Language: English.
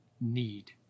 need